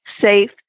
safe